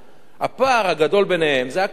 הפער הגדול ביניהם זה בקרקע.